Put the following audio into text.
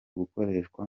gukoreshwa